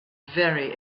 very